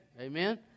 Amen